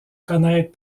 connaître